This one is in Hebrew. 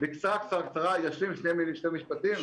בקצרה ישלים שני משפטים.